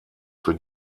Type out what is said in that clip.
für